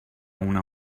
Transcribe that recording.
una